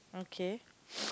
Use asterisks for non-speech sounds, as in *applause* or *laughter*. okay *noise*